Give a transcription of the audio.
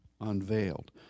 unveiled